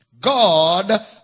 God